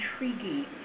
intriguing